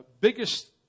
biggest